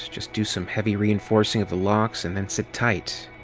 just do some heavy reinforcing of the locks and then sit tight.